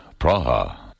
Praha